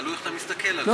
תלוי איך אתה מסתכל על זה.